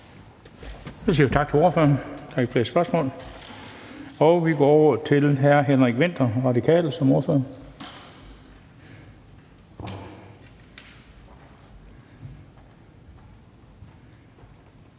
Så siger vi tak til ordføreren, der er ikke flere spørgsmål, og vi går over til hr. Henrik Vinther som ordfører